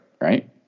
right